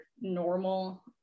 normal